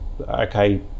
okay